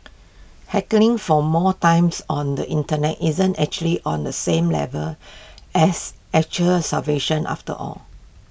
hankering for more times on the Internet isn't actually on the same level as actual starvation after all